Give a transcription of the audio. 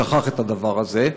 שכח את הדבר הזה.